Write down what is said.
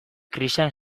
krisian